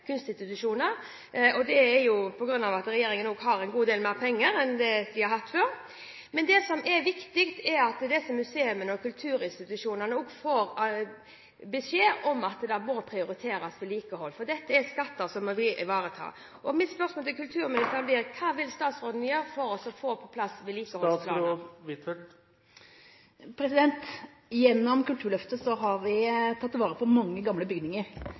har en god del mer penger enn det man har hatt før. Men det som er viktig, er at disse museene og kulturinstitusjonene også får beskjed om at vedlikehold må prioriteres, for dette er skatter vi må ta vare på. Mitt spørsmål til kulturministeren blir: Hva vil statsråden gjøre for å få på plass en vedlikeholdsplan? Gjennom Kulturløftet har vi tatt vare på mange gamle bygninger.